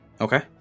Okay